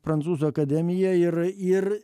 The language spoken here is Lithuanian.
prancūzų akademiją ir ir